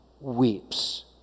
weeps